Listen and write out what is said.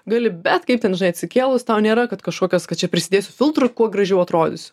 gali bet kaip ten atsikėlus tau nėra kad kažkokios kad čia prisidėsiu filtrų kuo gražiau atrodysiu